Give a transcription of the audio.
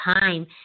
time